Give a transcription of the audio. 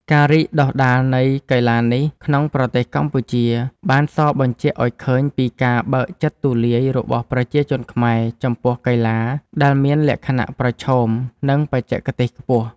ការរីកដុះដាលនៃកីឡានេះក្នុងប្រទេសកម្ពុជា បានសបញ្ជាក់ឱ្យឃើញពីការបើកចិត្តទូលាយរបស់ប្រជាជនខ្មែរចំពោះកីឡាដែលមានលក្ខណៈប្រឈម និងបច្ចេកទេសខ្ពស់។